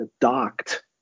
docked